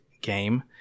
game